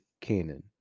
Canaan